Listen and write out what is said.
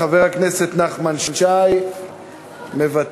חבר הכנסת נחמן שי, מוותר.